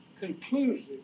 conclusive